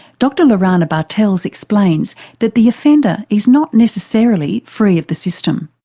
dr lorana bartels explains that the offender is not necessarily free of the system.